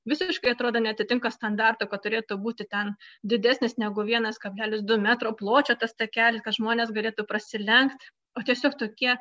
visiškai atrodo neatitinka standartų kad turėtų būti ten didesnis negu vienas kablelis du metro pločio tas takelis kad žmonės galėtų prasilenkt o tiesiog tokie